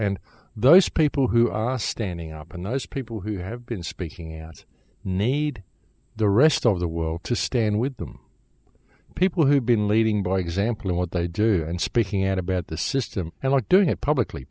and those people who are standing up and those people who have been speaking out need the rest of the world to stand with them people who have been leading by example in what they do and speaking out about the system and like doing it publicly